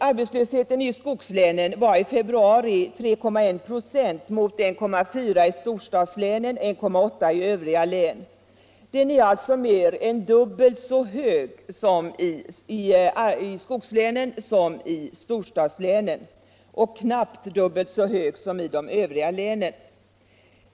Arbetslösheten i skogslänen var i februari 3,1 26 mot 1,4 96 i storstadslänen och 1,8 96 i övriga län.